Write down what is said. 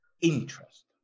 Interest